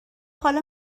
حالا